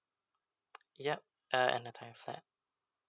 yup uh any type of flat